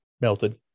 melted